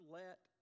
let